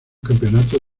campeonatos